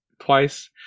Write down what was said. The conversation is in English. twice